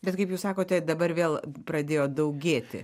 bet kaip jūs sakote dabar vėl pradėjo daugėti